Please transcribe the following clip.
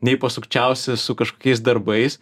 nei pasukčiausi su kažkokiais darbais